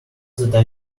that